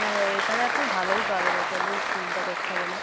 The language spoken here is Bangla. হ্যাঁ এখানে আপনি ভালোই পাবেন ওটা নিয়ে চিন্তা করতে হবে না